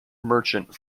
merchant